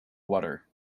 water